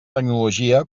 tecnologia